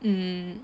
mm